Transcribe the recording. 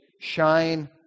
shine